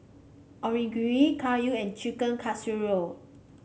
Onigiri Kayu and Chicken Casserole